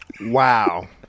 Wow